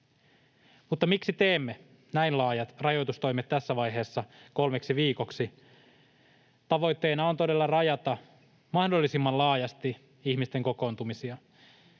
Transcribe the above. Mutta miksi teemme näin laajat rajoitustoimet tässä vaiheessa kolmeksi viikoksi? Tavoitteena on todella rajata mahdollisimman laajasti ihmisten kokoontumisia.